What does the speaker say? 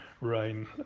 rain